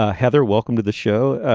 ah heather welcome to the show.